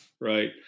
right